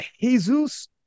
Jesus